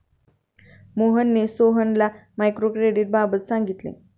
मोहनने सोहनला मायक्रो क्रेडिटबाबत सांगितले